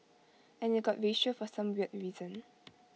and IT got racial for some weird reason